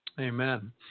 amen